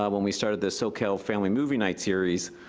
ah when we started the soquel family movie night series,